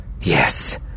Yes